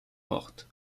morte